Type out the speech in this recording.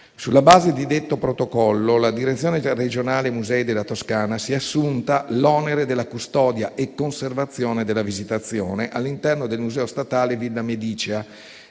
Sulla base di detto protocollo, la direzione regionale musei della Toscana si è assunta l'onere della custodia e conservazione della Visitazione all'interno del museo statale Villa medicea